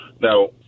Now